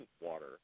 water